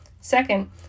Second